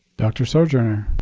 dr. sojourner,